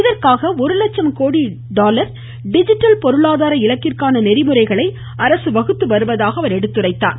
இதற்காக ஒரு லட்சம் கோடி டாலர் டிஜிட்டல் பொருளாதார இலக்கிற்கான நெறிமுறைகளை அரசு வகுத்துவருவதாக அவர் எடுத்துரைத்தார்